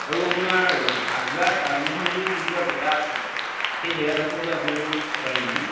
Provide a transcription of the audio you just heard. আৰু আপোনাৰ আগ্ৰাৰ তাজমহল বুলি যিটুকুৰা জেগা আছে সেই জেগাডোখৰলৈ আপোনালোকক নিব পাৰিম আমি